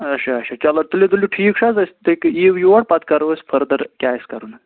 اچھا اچھا چلو تُلِو تُلِو ٹھیٖک چھُ حظ أسۍ تُہۍ کہٕ یِیِو یور پَتہٕ کَرو أسۍ فٔردَر کیٛاہ آسہِ کَرُن حظ